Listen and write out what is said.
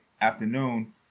afternoon